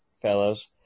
fellows